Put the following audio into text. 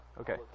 Okay